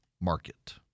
market